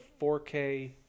4K